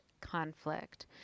conflict